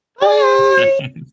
Bye